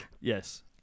Yes